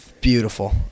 beautiful